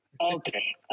Okay